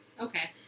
Okay